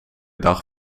dag